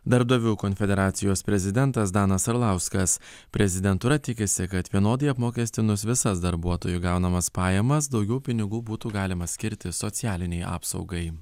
darbdavių konfederacijos prezidentas danas arlauskas prezidentūra tikisi kad vienodai apmokestinus visas darbuotojų gaunamas pajamas daugiau pinigų būtų galima skirti socialinei apsaugai